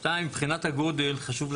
שתיים, מבחינת הגודל חשוב להגיד,